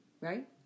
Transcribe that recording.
Right